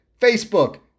Facebook